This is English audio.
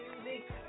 Music